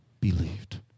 believed